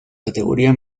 categoría